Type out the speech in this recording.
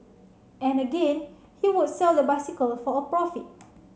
and again he would sell the bicycle for a profit